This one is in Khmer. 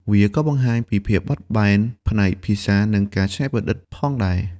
វាក៏បង្ហាញពីភាពបត់បែនផ្នែកភាសា និងការច្នៃប្រឌិតផងដែរ។